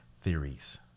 theories